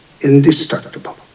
indestructible